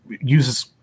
uses